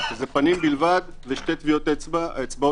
שזה פנים בלבד ושתי טביעות אצבע,